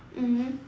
mmhmm